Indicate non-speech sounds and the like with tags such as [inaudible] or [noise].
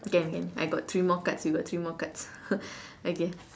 again again I got three more cards you got three more cards [laughs] okay